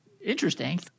interesting